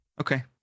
okay